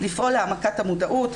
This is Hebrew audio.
לפעול להעמקת המודעות,